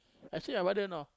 actually I wonder you know